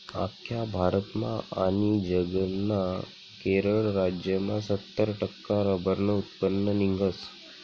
आख्खा भारतमा आनी जगमा केरळ राज्यमा सत्तर टक्का रब्बरनं उत्पन्न निंघस